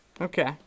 Okay